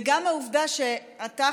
וגם העובדה שאתה,